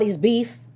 beef